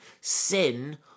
sin